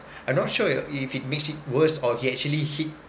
I'm not sure if it makes it worse or he actually hit